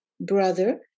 Brother